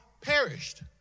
perished